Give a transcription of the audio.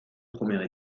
premières